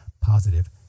positive